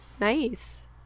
Nice